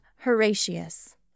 Horatius